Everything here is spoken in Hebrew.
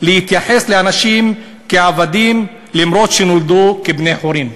להתייחס לאנשים כעבדים אף שנולדו בני-חורין?